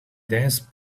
dance